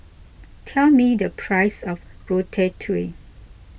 tell me the price of Ratatouille